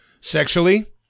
sexually